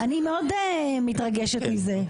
אני מאוד מתרגשת מזה.